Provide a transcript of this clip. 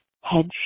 head